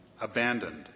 abandoned